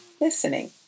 listening